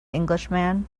englishman